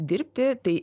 dirbti tai